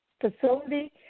facility